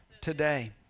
today